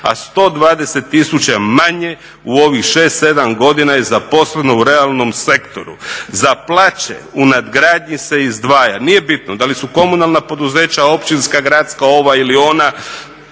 a 120 000 manje u ovih 6, 7 godina je zaposleno u realnom sektoru. Za plaće u nadgradnji se izdvaja, nije bitno da li su komunalna poduzeća, općinska, gradska, ova ili ona,